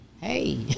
Hey